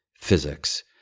physics